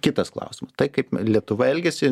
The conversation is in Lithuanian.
kitas klausimas tai kaip lietuva elgiasi